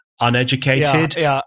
uneducated